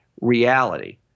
reality